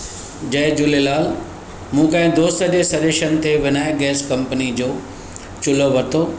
जय झूलेलाल मूं कंहिं दोस्त जे सजेशन ते विनायक गैस कंपनी जो चूल्हो वरितो